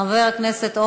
חבר הכנסת מנואל טרכטנברג,